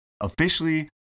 Officially